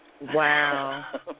Wow